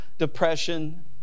Depression